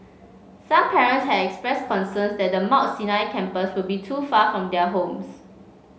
some parents had expressed concerns that the Mount Sinai campus would be too far from their homes